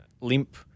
limp